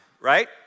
Right